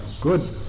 good